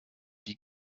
die